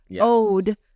ode